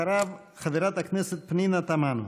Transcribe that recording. אחריו, חברת הכנסת פנינה תמנו.